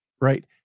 Right